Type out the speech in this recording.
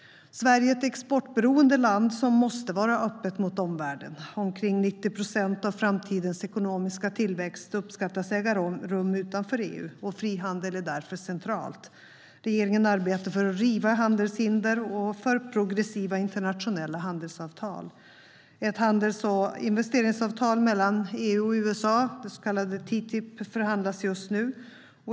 Sverige är ett exportberoende land som måste vara öppet mot omvärlden. Omkring 90 procent av framtidens ekonomiska tillväxt uppskattas äga rum utanför EU. Frihandel är därför centralt. Regeringen arbetar för progressiva internationella handelsavtal och för att riva handelshinder. Ett handels och investeringsavtal mellan EU och USA, det så kallade TTIP, förhandlas just nu.